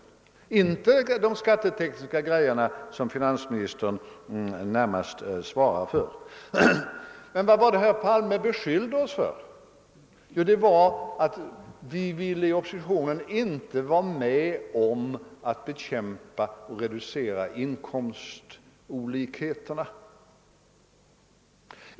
Jag syftar då inte på de skattetekniska detaljerna som finansministern närmast svarar för. Men vad var det herr Palme beskylide oss för? Jo, det var att vi i opppositionen inte ville vara med om att motverka och reducera inkomstolikheterna.